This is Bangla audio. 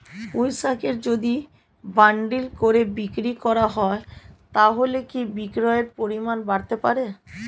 পুঁইশাকের যদি বান্ডিল করে বিক্রি করা হয় তাহলে কি বিক্রির পরিমাণ বাড়তে পারে?